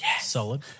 solid